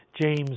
James